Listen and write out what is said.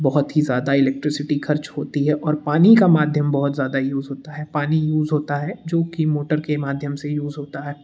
बहुत ही ज़्यादा इलेक्ट्रिसिटी खर्च होती है और पानी का माध्यम बहुत ज़्यादा यूज होता है पानी यूज होता है जो कि मोटर के माध्यम से यूज होता है